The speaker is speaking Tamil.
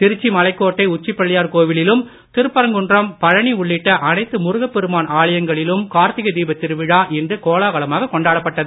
திருச்சி மலைகோட்டை உச்சி பிள்ளையார் கோவிலிலும் திருப்பரங்குன்றம் பழனி உள்ளிட்ட அனைத்து முருகப்பெருமான் ஆலயங்களிலும் கார்த்திகை தீபத் திருவிழா இன்று கோலாகலமாக கொண்டாடப்பட்டது